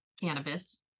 cannabis